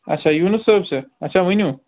اَچھا یوٗنُس صٲب چھا اَچھا ؤنِو